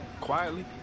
Quietly